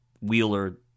Wheeler